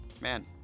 man